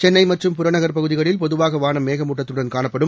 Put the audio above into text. சென்னை மற்றும் புறநகர் பகுதிகளில் பொதுவாக வானம் மேகமூட்டத்துடன் காணப்படும்